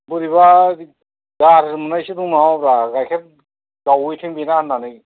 बोरैबा गाज्रि मोन्नायसो दं नामाब्रा गाइखेर गावहैथों बेना होन्नानै